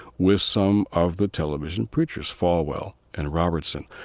with some of the television preachers, falwell and robertson.